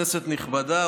כנסת נכבדה,